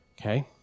okay